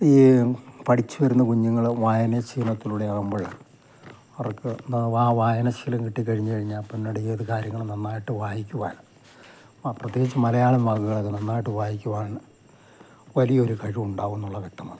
ഈ പഠിച്ചു വരുന്ന കുഞ്ഞുങ്ങൾ വായന ശീലത്തിലൂടെ ആവുമ്പോൾ അവർക്ക് വായനാശീലം കിട്ടി കഴിഞ്ഞു കഴിഞ്ഞാൽ പിന്നീട് ഏത് കാര്യങ്ങളും നന്നായിട്ട് വായിക്കുവാൻ ആ പ്രത്യേകിച്ചു മലയാളം വാക്കുകളൊക്കെ നന്നായിട്ട് വായിക്കുവാൻ വലിയ ഒരു കഴിവ് ഉണ്ടാവുമെന്നുള്ളത് വ്യക്തമാണ്